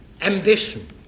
ambition